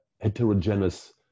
heterogeneous